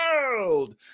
world